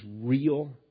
real